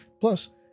Plus